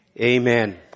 Amen